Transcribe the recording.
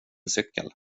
cykel